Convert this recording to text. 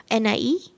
NIE